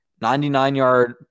99-yard